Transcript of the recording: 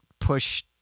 push